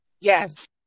Yes